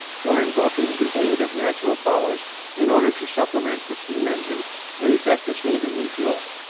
for invoking the aid of natural powers in order to supplement the steam-engine and effect a saving in fuel.